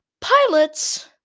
pilots